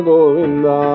Govinda